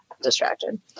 distracted